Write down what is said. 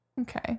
Okay